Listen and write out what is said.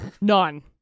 None